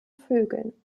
vögeln